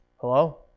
Hello